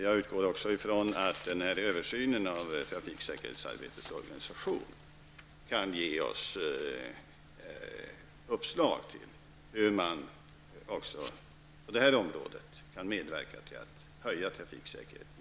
Jag utgår ifrån att översynen av trafiksäkerhetsarbetets organisation kan ge oss uppslag till hur man också på detta område kan medverka till att höja trafiksäkerheten.